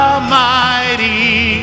Almighty